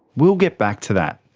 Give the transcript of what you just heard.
we'll get back to that.